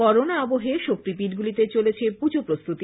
corona আবহে শক্তিপীঠগুলিতে চলেছে পুজো প্রস্তুতি